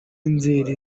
nzeri